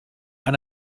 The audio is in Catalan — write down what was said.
han